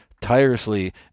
tirelessly